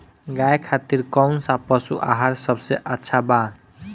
गाय खातिर कउन सा पशु आहार सबसे अच्छा बा?